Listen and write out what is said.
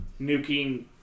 nuking